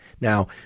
Now